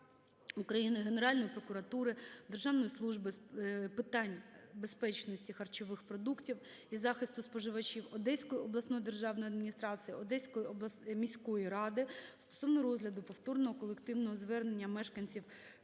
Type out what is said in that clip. України, Генеральної прокуратури, Державної служби з питань безпечності харчових продуктів і захисту споживачів, Одеської обласної державної адміністрації, Одеської міської ради стосовно розгляду повторного колективного звернення мешканців